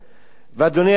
אדוני היושב-ראש,